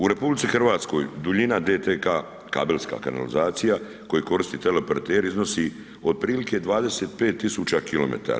U RH duljina DTK kabelska kanalizacija koju koriste teleoperateri iznosi otprilike 25 tisuća km.